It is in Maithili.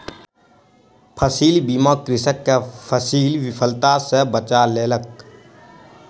फसील बीमा कृषक के फसील विफलता सॅ बचा लेलक